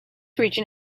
region